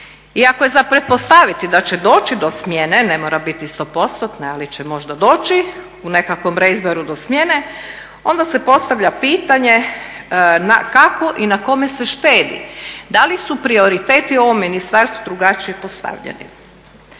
I ako je za pretpostaviti da će doći do smjene, ne mora biti 100%-tne ali će možda doći u nekakvom …/Govornik se ne razumije./… do smjene onda se postavlja pitanje kako i na kome se štedi. Da li su prioriteti u ovom ministarstvu drugačije postavljeni?